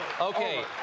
Okay